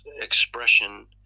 expression